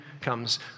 comes